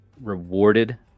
rewarded